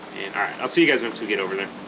and all right i'll see you guys once we get over there